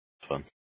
Fun